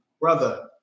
Brother